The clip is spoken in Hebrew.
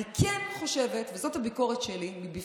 אני כן חושבת, וזאת הביקורת שלי מבפנים,